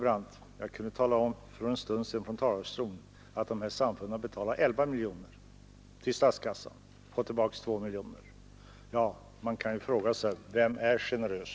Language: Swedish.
Jag kunde tala om för en stund sedan från talarstolen att samfunden betalar 11 miljoner till statskassan och får tillbaka 2 miljoner. Man kan ju fråga sig: Vem är generös?